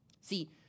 See